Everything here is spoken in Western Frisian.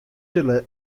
sille